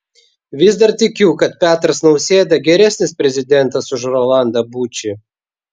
vis dar tikiu kad petras nausėda geresnis prezidentas už rolandą bučį